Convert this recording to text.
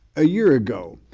a year ago.